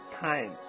time